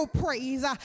praise